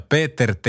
Peter